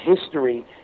history